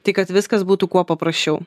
tai kad viskas būtų kuo paprasčiau